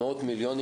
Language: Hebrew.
מאות מיליונים,